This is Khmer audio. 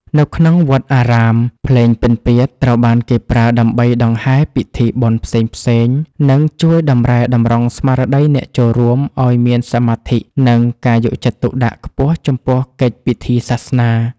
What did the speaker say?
នៅក្នុងវត្តអារាម ភ្លេងពិណពាទ្យត្រូវបានគេប្រើដើម្បីដង្ហែពិធីបុណ្យផ្សេងៗ និងជួយតម្រែតម្រង់ស្មារតីអ្នកចូលរួមឱ្យមានសមាធិ និងការយកចិត្តទុកដាក់ខ្ពស់ចំពោះកិច្ចពិធីសាសនា។